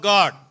God